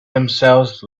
themselves